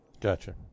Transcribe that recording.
Gotcha